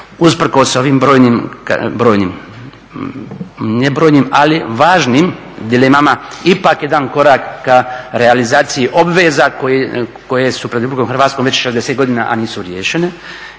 usprkos ovim brojnim, ne brojnim ali važnim dilemama ipak jedan korak ka realizaciji obveza koje su pred Republikom Hrvatskom već 60 godina a nisu riješene.